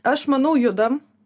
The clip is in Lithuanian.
aš manau judam